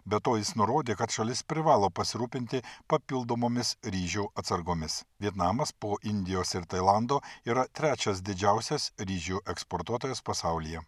be to jis nurodė kad šalis privalo pasirūpinti papildomomis ryžių atsargomis vietnamas po indijos ir tailando yra trečias didžiausias ryžių eksportuotojas pasaulyje